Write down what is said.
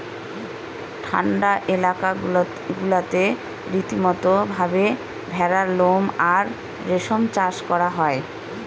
ঠান্ডা এলাকা গুলাতে রীতিমতো ভাবে ভেড়ার লোম আর রেশম চাষ করা হয়